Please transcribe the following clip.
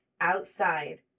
outside